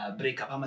breakup